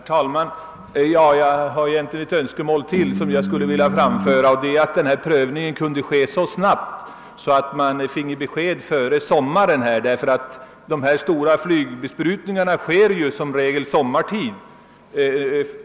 Herr talman! Jag har egentligen ett önskemål till som jag skulle vilja framföra, och det är att denna prövning sker så snabbt att besked kan lämnas före sommaren. De omfattande flygbesprutningarna utförs ju som regel sommartid.